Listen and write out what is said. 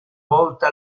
volta